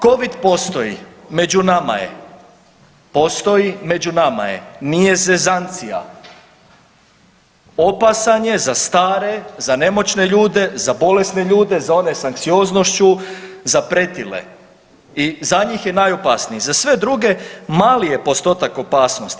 Covid postoji, među nama je, postoji među nama je nije zezancija, opasan je za stare, za nemoćne ljude, za bolesne ljude, za one s anksioznošću, za pretile i za njih je najopasniji, za sve druge mali je postotak opasnosti.